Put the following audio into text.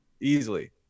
easily